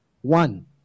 one